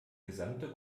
gesamte